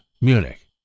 Munich